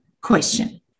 question